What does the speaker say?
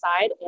side